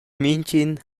mintgin